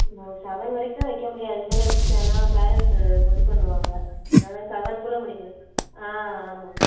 நம்ம ஒரு செவன் வரைக்கும் வைக்க முடியும் அதுக்கு மேலே வச்சோன்னால் ஆனால் பேரெண்ட்ஸு இது பண்ணுவாங்க அதனால செவன்குள்ளே முடிக்கணும் ஆ ஆமாம்